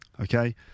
Okay